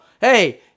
hey